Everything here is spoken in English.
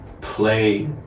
play